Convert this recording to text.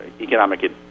economic